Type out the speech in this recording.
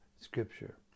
scripture